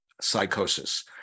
psychosis